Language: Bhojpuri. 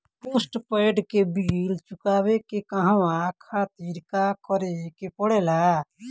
पोस्टपैड के बिल चुकावे के कहवा खातिर का करे के पड़ें ला?